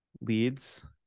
leads